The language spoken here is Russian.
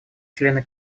члены